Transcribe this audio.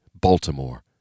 Baltimore